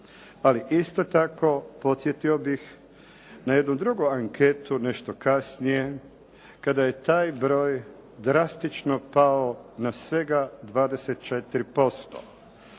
Ali isto tako podsjetio bih na jednu drugu anketu nešto kasnije kada je taj broj drastično pao na svega 24%.